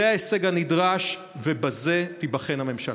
זה ההישג הנדרש, ובזה תיבחן הממשלה.